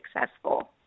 successful